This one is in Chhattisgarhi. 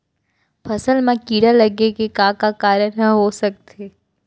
फसल म कीड़ा लगे के का का कारण ह हो सकथे?